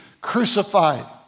crucified